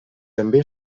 també